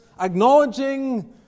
acknowledging